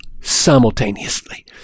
simultaneously